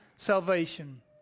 Salvation